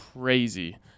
crazy